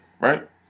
right